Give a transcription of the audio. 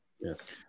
Yes